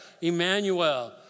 Emmanuel